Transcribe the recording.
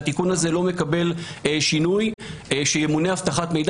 והתיקון הזה לא מקבל שינוי - שימונה אבטחת מידע